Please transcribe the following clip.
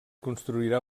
construirà